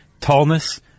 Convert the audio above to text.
tallness